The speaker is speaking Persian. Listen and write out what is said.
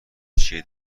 چیه